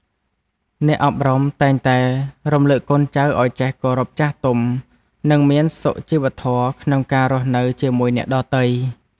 អ្នកអប់រំតែងតែរំលឹកកូនចៅឱ្យចេះគោរពចាស់ទុំ និងមានសុជីវធម៌ក្នុងការរស់នៅជាមួយអ្នកដទៃ។